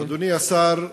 אדוני השר,